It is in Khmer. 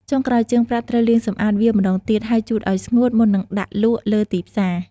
ចុងក្រោយ ជាងប្រាក់ត្រូវ លាងសម្អាត វាម្ដងទៀត ហើយជូតឱ្យស្ងួតមុននឹងដាក់លក់លើទីផ្សារ។